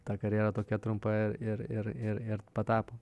ta karjera tokia trumpa ir ir ir patapo